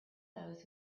those